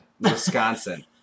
Wisconsin